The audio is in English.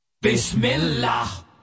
Bismillah